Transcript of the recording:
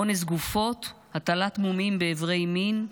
אונס גופות, הטלת מומים באברי מין,